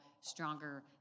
stronger